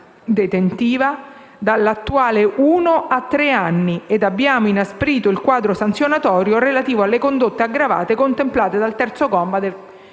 detentiva da uno a tre anni ed abbiamo inasprito il quadro sanzionatorio relativo alle condotte aggravate contemplate dal terzo comma